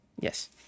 yes